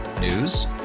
News